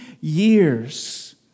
years